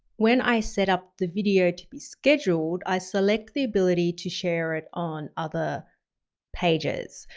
when i set up the video to be scheduled, i select the ability to share it on other pages.